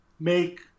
make